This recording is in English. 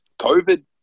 COVID